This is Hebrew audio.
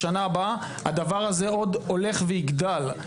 בשנה הבאה הדבר הזה עוד הולך ויגדל.